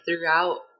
throughout